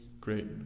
great